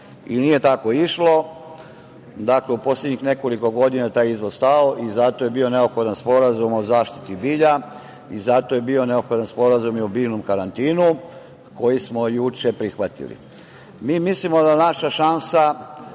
i nije tako išlo, dakle, u poslednjih nekoliko godina taj izvoz je stao i zato je bio neophodan Sporazum o zaštiti bilja i zato je bio neophodan Sporazum o biljnom karantinu, koji smo juče prihvatili. Mi mi mislimo da naša šansa